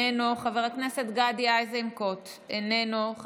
איננו, חבר הכנסת גדי איזנקוט, איננו.